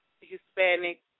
Hispanic